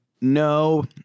No